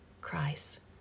Christ